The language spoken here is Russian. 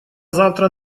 завтра